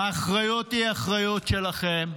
האחריות היא אחריות שלכם,